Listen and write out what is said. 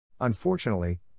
Unfortunately